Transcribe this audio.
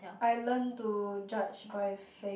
I learnt to judge by faith